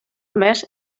més